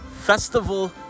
Festival